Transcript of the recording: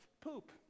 poop